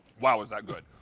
wow, is that good.